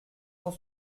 cent